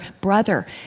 brother